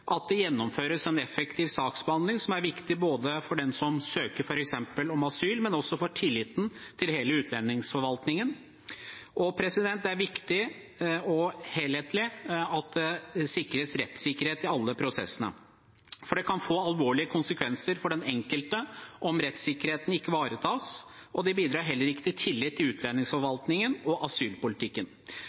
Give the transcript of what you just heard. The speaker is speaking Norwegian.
at det gjennomføres en effektiv saksbehandling, noe som er viktig for den som søker f.eks. asyl, men også for tilliten til hele utlendingsforvaltningen. Det er viktig at det sikres rettssikkerhet i alle prosessene, for det kan få alvorlige konsekvenser for den enkelte om rettssikkerheten ikke ivaretas, og det bidrar heller ikke til tillit til utlendingsforvaltningen og asylpolitikken.